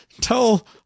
tell